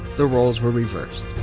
the roles were reversed